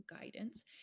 guidance